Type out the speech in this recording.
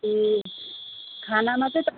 ए खानामा त्यही त